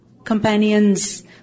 Companions